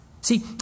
See